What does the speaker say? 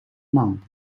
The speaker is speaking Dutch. man